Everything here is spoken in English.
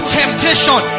temptation